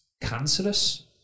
cancerous